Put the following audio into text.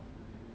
okay lah